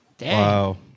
Wow